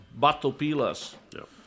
Batopilas